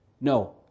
No